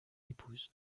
épouse